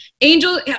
Angel